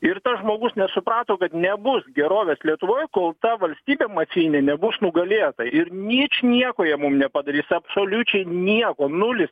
ir tas žmogus nesuprato kad nebus gerovės lietuvoj kol ta valstybė mafijinė nebus nugalėta ir ničnieko jie mum nepadarys absoliučiai nieko nulį